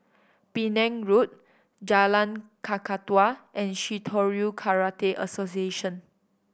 Penang Road Jalan Kakatua and Shitoryu Karate Association